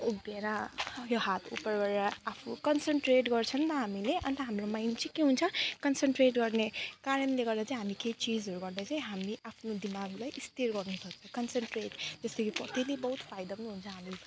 उभिएर यो हात उपर गरेर आफू कन्सनट्रेट गर्छ नि त हामीले अन्त हाम्रोमा एम चाहिँ के हुन्छ कन्सनट्रेट गर्ने कारणले गर्दा चाहिँ हामी केही चिजहरू गर्दा चाहिँ हामीले आफ्नो दिमागलाई स्थिर गर्नु कन्सनट्रेट जस्तै कि त्यसले बहुत फाइदा पनि हुन्छ हामीलाई